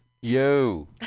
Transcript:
yo